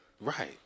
right